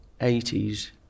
80s